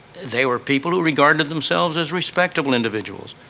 they were people who regarded themselves as respectable individuals,